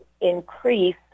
increase